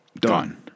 done